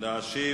להשיב